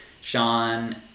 Sean